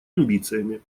амбициями